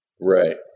Right